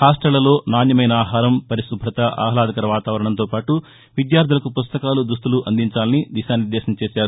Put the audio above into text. హాస్టళ్ళలో నాణ్యమైన ఆహారం పరిశుభ్రత ఆహ్లాదకర వాతావరణంతో పాటు విద్యార్దులకు పుస్తకాలు దుస్తులు అందించాలని దిశానిర్దేశం చేశారు